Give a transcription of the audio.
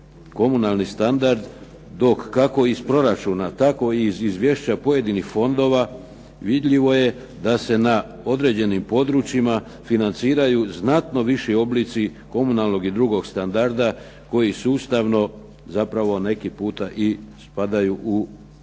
komunalni standard, dok kako iz proračuna tako i iz izvješća pojedinih fondova vidljivo je da se na određenim područjima financiraju znatno viši oblici komunalnog i drugog standarda koji sustavno zapravo neki puta i spadaju u djelokrug